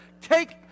take